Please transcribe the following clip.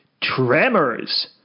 tremors